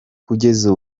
kugeza